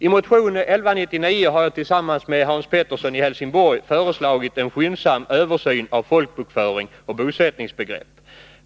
I motion 1199 har jag tillsammans med Hans Pettersson i Helsingborg föreslagit en skyndsam översyn av folkbokföring och bosättningsbegrepp.